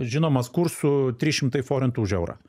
žinomas kursu trys šimtai forintų už eurą